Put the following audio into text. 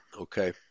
Okay